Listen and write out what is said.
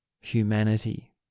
humanity